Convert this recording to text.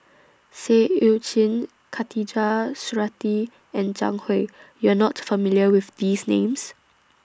Seah EU Chin Khatijah Surattee and Zhang Hui YOU Are not familiar with These Names